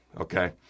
Okay